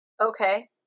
Okay